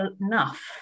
enough